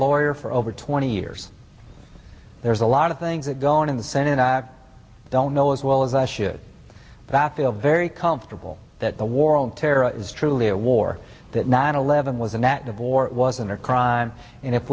lawyer for over twenty years there's a lot of things that go on in the senate and i don't know as well as i should that feel very comfortable that the war on terror is truly a war that nine eleven was an act of war wasn't a crime and if